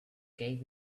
gave